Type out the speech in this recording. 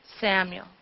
Samuel